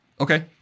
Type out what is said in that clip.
Okay